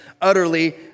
utterly